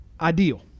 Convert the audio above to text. ideal